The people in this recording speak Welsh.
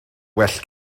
well